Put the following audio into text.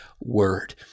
Word